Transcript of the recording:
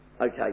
Okay